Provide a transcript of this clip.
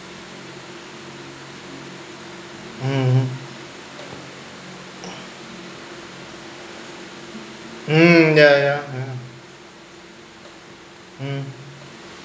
mmhmm mm ya ya ya hmm